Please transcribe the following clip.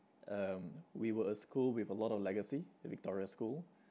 um we were a school with a lot of legacy victoria school